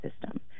system